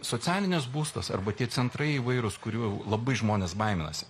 socialinis būstas arba tie centrai įvairūs kurių labai žmonės baiminasi